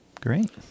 Great